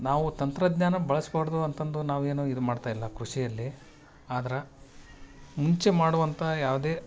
ನಾವು ತಂತ್ರಜ್ಞಾನ ಬಳಸ್ಬಾರ್ದು ಅಂತಂದು ನಾವೇನು ಇದು ಮಾಡ್ತಾಯಿಲ್ಲ ಕೃಷಿಯಲ್ಲಿ ಅದರ ಮುಂಚೆ ಮಾಡುವಂಥಾ ಯಾವುದೇ